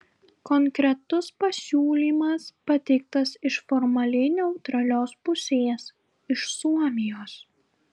konkretus pasiūlymas pateiktas iš formaliai neutralios pusės iš suomijos